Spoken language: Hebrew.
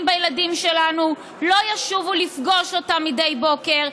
בילדים שלנו לא ישובו לפגוש אותם מדי בוקר.